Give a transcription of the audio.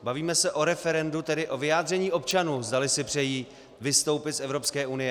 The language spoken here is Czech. Bavíme se o referendu, tedy o vyjádření občanů, zdali si přejí vystoupit z Evropské unie.